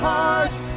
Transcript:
hearts